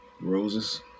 Roses